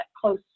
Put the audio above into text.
close